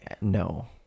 no